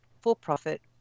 for-profit